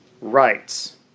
rights